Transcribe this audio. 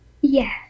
Yes